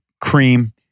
cream